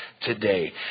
today